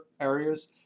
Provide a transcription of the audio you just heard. areas